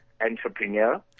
entrepreneur